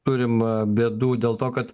turim bėdų dėl to kad